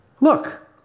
Look